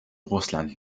russland